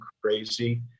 crazy